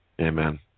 Amen